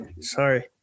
Sorry